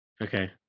okay